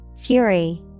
fury